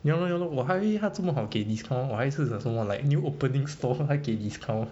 ya lor ya lor 我还他那么好还给 discount 我还是还什么 new opening store 还给 discount